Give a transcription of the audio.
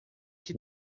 que